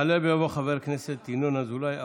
יעלה ויבוא חבר הכנסת ינון אזולאי,